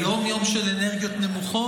היום יום של אנרגיות נמוכות?